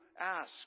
ask